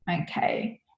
okay